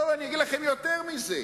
אני אגיד לכם יותר מזה,